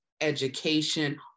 education